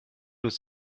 nous